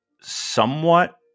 somewhat